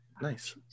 nice